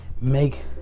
Make